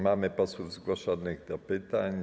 Mamy posłów zgłoszonych do pytań.